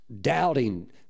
doubting